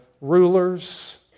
rulers